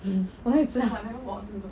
hmm 我哪里知道